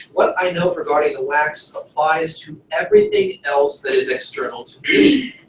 what i know regarding the wax applies to everything else that is external to me.